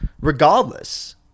Regardless